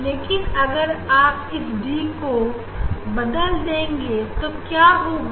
लेकिन अगर आप इस Dदेंगे तो क्या होगा